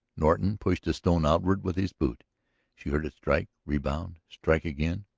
norton pushed a stone outward with his boot she heard it strike, rebound, strike again.